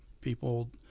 people –